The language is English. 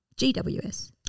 GWS